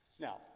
Now